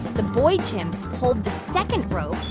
the boy chimps pulled the second rope,